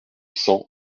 cent